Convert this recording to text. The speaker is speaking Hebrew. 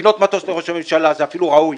לקנות מטוס לראש הממשלה, זה אפילו ראוי,